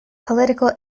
political